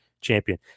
champion